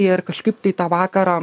ir kažkaip tai tą vakarą